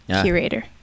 curator